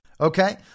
Okay